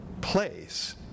place